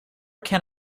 can